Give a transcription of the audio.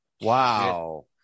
Wow